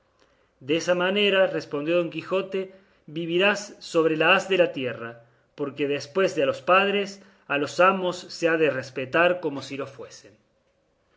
natural desa manera replicó don quijote vivirás sobre la haz de la tierra porque después de a los padres a los amos se ha de respetar como si lo fuesen